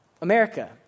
America